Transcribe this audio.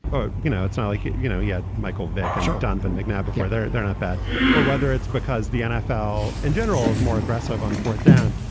ah you know, it's not like, you know, he had michael vick and donovan mcnabb before them. they're not that or whether it's because the nfl in general is more aggressive on fourth down,